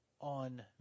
on